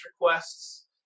requests